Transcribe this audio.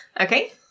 Okay